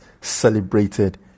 celebrated